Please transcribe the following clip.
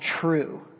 true